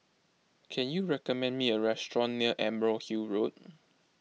can you recommend me a restaurant near Emerald Hill Road